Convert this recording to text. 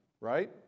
right